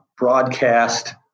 Broadcast